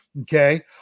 Okay